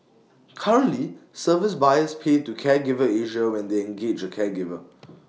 currently service buyers pay to Caregiver Asia when they engage A caregiver